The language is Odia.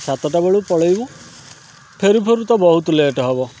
ସାତଟା ବେଳୁ ପଳାଇବୁ ଫେରୁ ଫେରୁ ତ ବହୁତ ଲେଟ୍ ହେବ